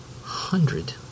hundred